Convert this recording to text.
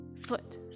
foot